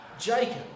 Jacob